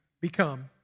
become